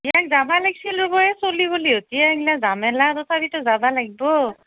যাব লাগিছিল নহয় এনেই জামালা তথাপিতো যাব লাগিব